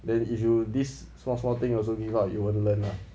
then if you this small small thing also give up you won't learn lah